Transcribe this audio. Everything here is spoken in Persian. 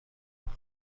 آمد